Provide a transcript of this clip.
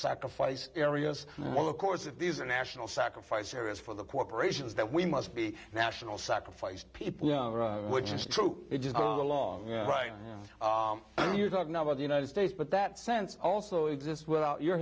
sacrifice areas of course if these are national sacrifice areas for the corporations that we must be a national sacrifice people which is true it is a long right you're talking about the united states but that sense also exists without your